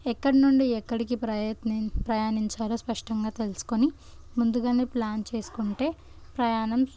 ఎక్కడి నుండి ఎక్కడికి ప్రయత్ని ప్రయాణించాలో స్పష్టంగా తెలుసుకుని ముందుగానే ప్లాన్ చేసుకుంటే ప్రయాణం